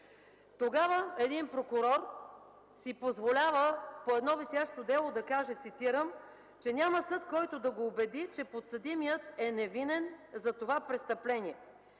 Тогава един прокурор си позволява по едно висящо дело да каже, цитирам, че няма съд, който да го убеди, че подсъдимият е невинен за това престъпление.